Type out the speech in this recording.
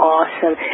Awesome